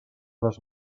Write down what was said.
les